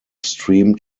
streamed